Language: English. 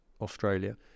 Australia